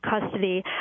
custody